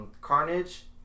Carnage